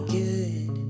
good